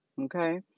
okay